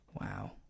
Wow